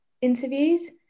interviews